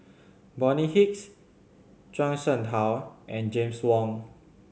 Bonny Hicks Zhuang Shengtao and James Wong